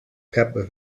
cap